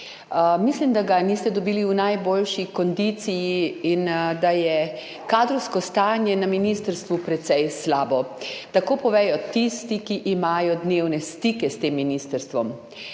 Mislim, da ga niste dobili v najboljši kondiciji in da je kadrovsko stanje na ministrstvu precej slabo. Tako povedo tisti, ki imajo dnevne stike s tem ministrstvom.